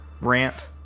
rant